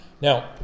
Now